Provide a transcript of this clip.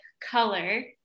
color